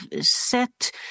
set